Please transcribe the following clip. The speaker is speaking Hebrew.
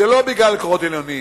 זה לא בגלל כוחות עליונים.